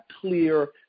clear